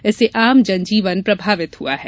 इससे आमजन जीवन प्रभावित हुआ है